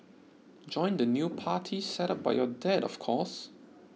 join the new party set up by your dad of course